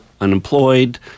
unemployed